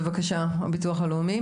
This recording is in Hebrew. בבקשה, הביטוח הלאומי.